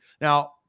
now